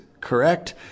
correct